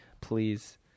Please